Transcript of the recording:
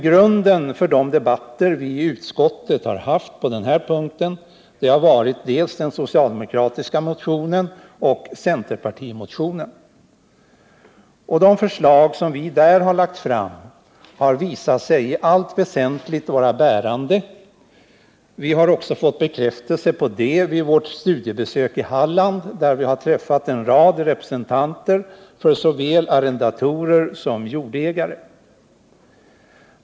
Grunden för de debatter som vi har haft i utskottet på den här punkten har varit dels den socialdemokratiska motionen, dels centerpartimotionen. De förslag som där lagts fram har visat sig i allt väsentligt vara bärande. Vi har också fått bekräftelse på det vid vårt studiebesök i Halland, där vi träffat en rad representanter för såväl arrendatorer som jordägare.